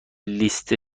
لیست